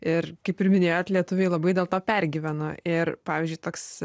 ir kaip ir minėjot lietuviai labai dėl to pergyveno ir pavyzdžiui toks